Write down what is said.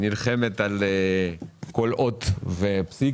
נלחמת על כל אות ופסיק.